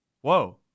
Whoa